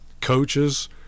coaches